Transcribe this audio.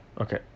Okay